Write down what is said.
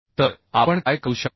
तर आपण काय करू शकतो